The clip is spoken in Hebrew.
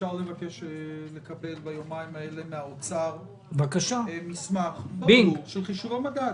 אם אפשר לקבל ביומיים האלה מסמך מהאוצר של חישוב המדד?